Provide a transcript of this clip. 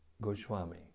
Goswami